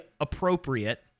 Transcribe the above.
appropriate